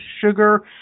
sugar